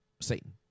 Satan